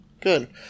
Good